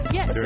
Yes